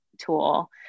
tool